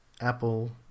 Apple